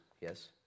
Yes